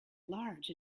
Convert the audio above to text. large